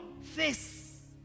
face